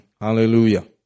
Hallelujah